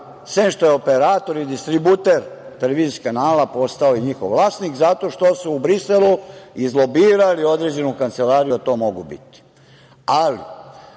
sem što je operator i distributer televizijskih kalana postao njihov vlasnik zato što su u Briselu izlobirali određenu kancelariju da to mogu bit.